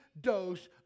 dose